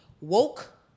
woke